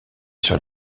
sur